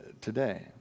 today